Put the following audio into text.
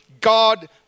God